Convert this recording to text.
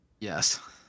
yes